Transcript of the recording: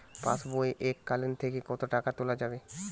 পাশবই এককালীন থেকে কত টাকা তোলা যাবে?